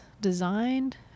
designed